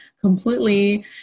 completely